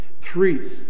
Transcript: Three